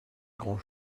grand